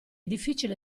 difficile